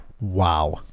Wow